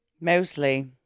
Mostly